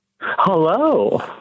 Hello